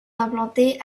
implantée